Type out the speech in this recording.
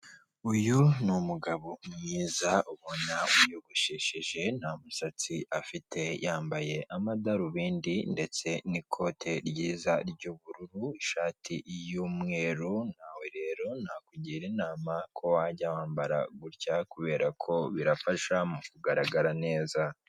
Aba ni abagore ndetse n'abagabo barimo bararahirira igihugu cy'u Rwanda ku mugaragaro yuko inshingano zibahaye bazazikora neza kandi n'imbaraga zabo zose kandi banyujije mu kuri, bafashe ku mabendera y'u Rwanda bazamuye akaboko k'iburyo buri wese afite indangururamajwi imbere ye, arahirira u Rwanda ku mugaragaro yuko inshingano igihugu kimuhaye azazikora neza kandi ntagamiye nabirengaho azahanwe.